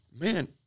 Man